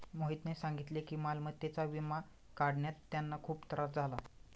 मोहितने सांगितले की मालमत्तेचा विमा काढण्यात त्यांना खूप त्रास झाला